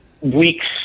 weeks